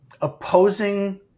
opposing